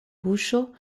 buŝo